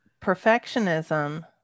perfectionism